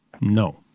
No